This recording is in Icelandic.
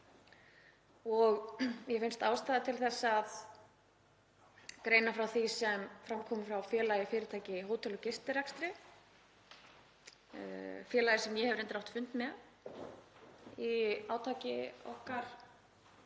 Mér finnst ástæða til að greina frá því sem fram kom frá Félagi fyrirtækja í hótel- og gistirekstri, félagi sem ég hef reyndar átt fund með í átaki okkar